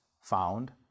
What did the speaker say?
found